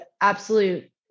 absolute